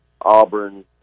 Auburn